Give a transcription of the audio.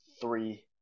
three